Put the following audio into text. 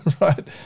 right